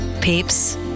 Peeps